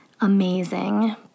amazing